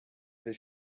this